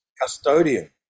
custodian